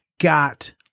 got